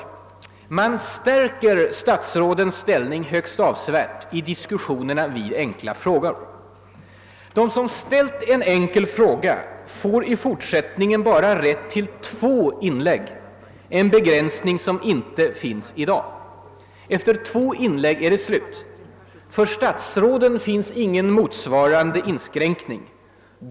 Utskottet stärker statsrådens ställning högst avsevärt i diskussionerna vid enkla frågor. Den som ställt en enkel fråga får i fortsättningen bara rätt till två inlägg, en begränsning som inte finns i dag. Efter de två inläggen är det slut för den som frågat. För statsråden råder ingen motsvarande inskränkning.